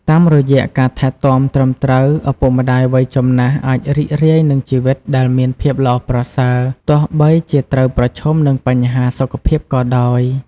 តាមរយៈការថែទាំត្រឹមត្រូវ ឪពុកម្ដាយវ័យចំណាស់អាចរីករាយនឹងជីវិតដែលមានភាពល្អប្រសើរ ទោះបីជាត្រូវប្រឈមនឹងបញ្ហាសុខភាពក៏ដោយ។